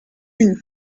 une